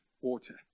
water